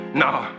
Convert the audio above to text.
nah